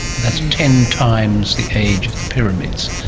that's ten times the age of the pyramids.